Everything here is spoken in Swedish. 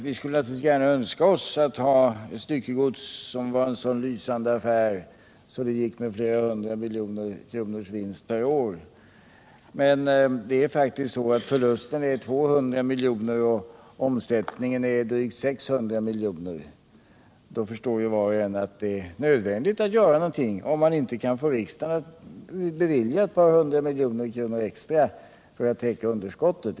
Vi skulle naturligtvis gärna önska att styckegodsrörelsen var en så lysande affär att den gick med flera hundra miljoners vinst per år, men förlusten är faktiskt 200 miljoner och omsättningen drygt 600 mil joner. Då förstår var och en att det är nödvändigt att göra någonting, om man inte kan få riksdagen att bevilja ett par hundra miljoner kronor extra för att täcka underskottet.